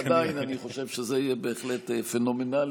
עדיין אני חושב שזה יהיה בהחלט פנומנלי,